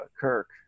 kirk